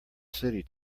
city